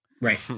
Right